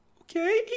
Okay